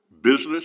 business